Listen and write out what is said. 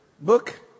book